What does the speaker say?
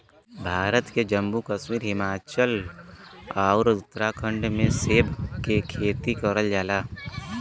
भारत के जम्मू कश्मीर, हिमाचल आउर उत्तराखंड में सेब के खेती करल जाला